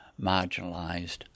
marginalized